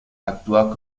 actúa